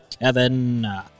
Kevin